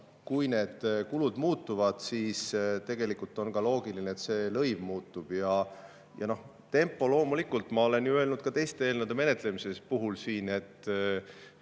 Kui need kulud muutuvad, siis tegelikult on loogiline, et ka lõiv muutub. Tempo. Loomulikult, ma olen öelnud siin ka teiste eelnõude menetlemise puhul,